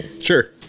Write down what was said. Sure